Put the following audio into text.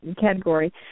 category